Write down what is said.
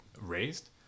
raised